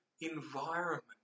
environment